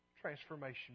Transformation